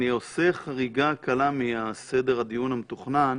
אני עושה חריגה קלה מסדר הדיון המתוכנן